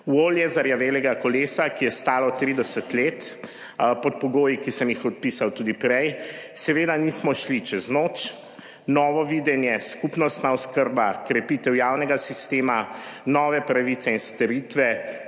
V olje zarjavelega kolesa, ki je stalo 30 let, pod pogoji, ki sem jih opisal tudi prej, seveda nismo šli čez noč. Novo videnje, skupnostna oskrba, krepitev javnega sistema, nove pravice in storitve.